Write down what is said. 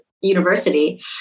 university